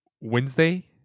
Wednesday